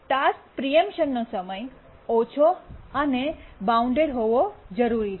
task પ્રીએમ્પશનનો સમય ઓછો અને બાઉન્ડ હોવો જરૂરી છે